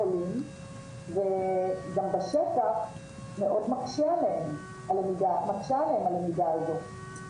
וגם בשטח מאוד מקשה עליהם הלמידה הזאת.